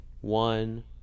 one